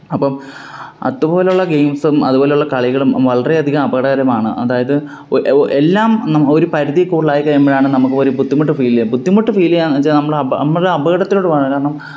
അപ്പം അതുപോലുള്ള ഗെയിംസും അതുപോലുള്ള കളികളും വളരെ അധികം അപകടകരമാണ് അതായത് എല്ലാം നമ്മ ഒരു പരിധിയിൽ കൂടുതല് ആയിക്കഴിയുമ്പഴാണ് നമുക്കൊരു ബുദ്ധിമുട്ട് ഫിൽ ചെയ്യുക ബുദ്ധിമുട്ട് ഫിൽ ചെയ്യുക എന്ന് വെച്ചാൽ നമ്മൾ നമ്മളൊരു അപകടത്തിലോട്ട് പോകുകയാണ് കാരണം